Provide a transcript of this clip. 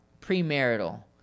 premarital